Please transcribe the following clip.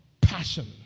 passion